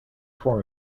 form